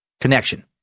connection